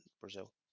Brazil